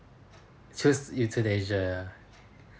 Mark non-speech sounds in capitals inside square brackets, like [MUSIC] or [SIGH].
choose euthanasia [BREATH]